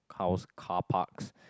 house carparks